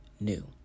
new